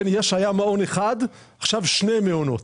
היה מעון אחד, עכשיו שני מעונות,